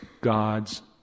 God's